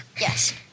Yes